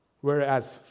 Whereas